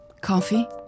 Coffee